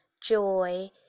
joy